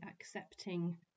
accepting